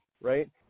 right